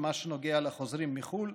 במה שנוגע לחוזרים מחו"ל,